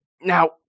Now